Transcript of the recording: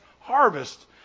harvest